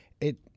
it-